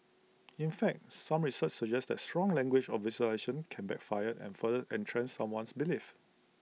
in fact some research suggests that strong language or visualisations can backfire and further entrench someone's beliefs